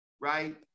right